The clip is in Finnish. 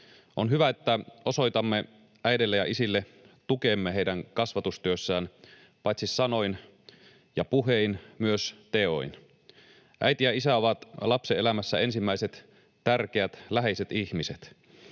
On hyvä, että osoitamme äideille ja isille tukemme heidän kasvatustyössään paitsi sanoin ja puhein myös teoin. Äiti ja isä ovat lapsen elämässä ensimmäiset tärkeät, läheiset ihmiset,